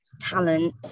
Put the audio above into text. talent